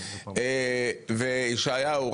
ישעיהו,